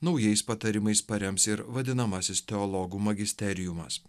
naujais patarimais parems ir vadinamasis teologų magisteriumas